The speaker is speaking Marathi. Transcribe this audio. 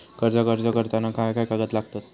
कर्जाक अर्ज करताना काय काय कागद लागतत?